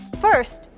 First